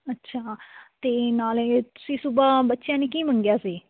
ਅੱਛਾ ਅਤੇ ਨਾਲੇ ਤੁਸੀਂ ਸੂਬਹਾ ਬੱਚਿਆਂ ਨੇ ਕੀ ਮੰਗਿਆ ਸੀ